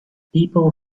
people